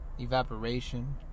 Evaporation